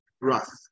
rough